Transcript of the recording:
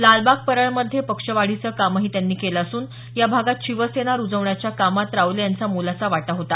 लालबाग परळमध्ये पक्षवाढीचे कामही त्यांनी केले असून या भागांत शिवसेना रुजवण्याच्या कामात रावले यांचा मोलाचा वाटा होता